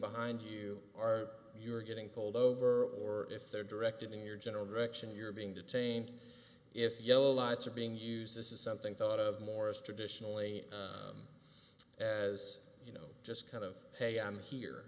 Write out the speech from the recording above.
behind you are you're getting pulled over or if they're directing your general direction you're being detained if yellow lights are being used this is something thought of more as traditionally as you know just kind of hey i'm here